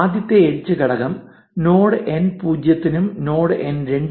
ആദ്യത്തെ എഡ്ജ് ഘടകം node N 0 നും എൻ 2